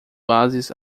oásis